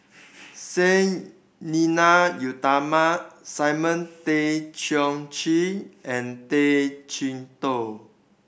Sang Nila Utama Simon Tay Seong Chee and Tay Chee Toh